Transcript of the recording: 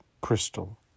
crystal